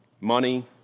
money